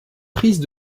prises